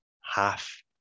half